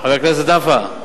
חבר הכנסת נפאע.